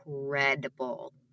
incredible